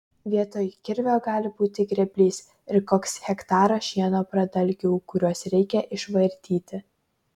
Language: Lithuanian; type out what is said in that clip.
vietoj kirvio gali būti grėblys ir koks hektaras šieno pradalgių kuriuos reikia išvartyti